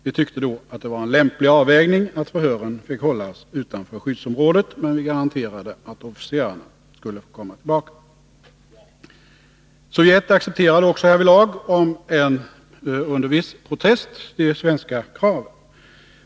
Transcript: Vi tyckte då att det var en lämplig avvägning att förhören fick hållas utanför skyddsområdet, men vi garanterade att officerarna skulle få komma tillbaka.” Sovjet accepterade också härvidlag, om än under viss protest, de svenska kraven.